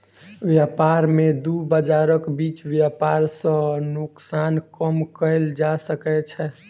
व्यापार में दू बजारक बीच व्यापार सॅ नोकसान कम कएल जा सकै छै